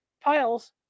Piles